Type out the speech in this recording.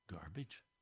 garbage